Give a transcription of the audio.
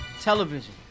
television